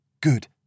Good